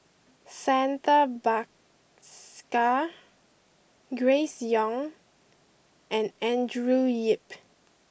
Santha Bhaskar Grace Young and Andrew Yip